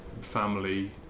family